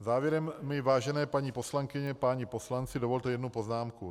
Závěrem mi, vážené paní poslankyně, páni poslanci, dovolte jednu poznámku.